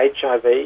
HIV